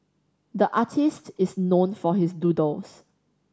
the artist is known for his doodles